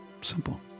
Simple